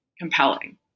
compelling